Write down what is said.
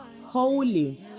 holy